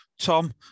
Tom